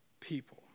people